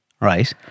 right